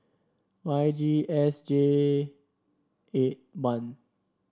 Y G S J eight one